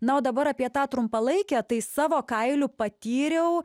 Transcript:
na o dabar apie tą trumpalaikę tai savo kailiu patyriau